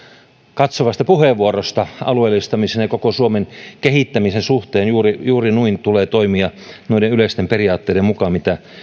katsovasta puheenvuorosta alueellistamisen ja koko suomen kehittämisen suhteen juuri juuri noin tulee toimia noiden yleisten periaatteiden mukaan mitä